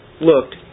looked